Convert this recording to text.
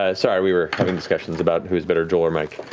ah sorry, we were having discussions about who's better, joel or mike.